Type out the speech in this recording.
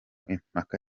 impaka